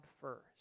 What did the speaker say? first